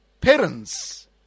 parents